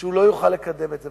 שהוא לא יוכל לקדם את זה.